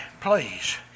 please